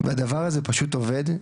והדבר הזה פשוט עובד.